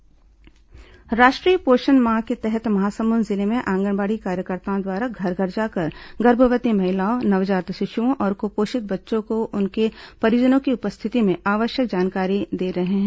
पोषण माह राष्ट्रीय पोषण माह के तहत महासमुंद जिले में आंगनबाड़ी कार्यकर्ताओं द्वारा घर घर जाकर गर्भवती महिलाओं नवजात शिशुओं और कुपोषित बच्चों को उनके परिजनों की उपस्थिति में आवश्यक जानकारी दी जा रही है